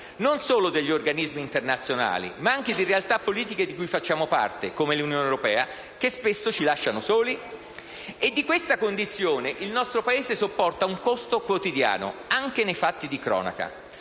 non solo degli organismi internazionali, ma anche di realtà politiche di cui facciamo parte, come 1'Unione europea, che spesso ci lasciano soli? E di questa condizione il nostro Paese sopporta un costo quotidiano, anche nei fatti di cronaca: